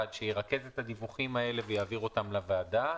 שירכז את הדיווחים האלה ויעביר אותם לוועדה.